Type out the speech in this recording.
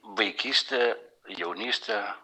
vaikystė jaunystė